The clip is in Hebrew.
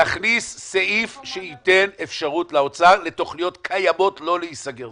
נכניס סעיף שייתן אפשרות לאוצר לתוכניות קיימות לא להיסגר.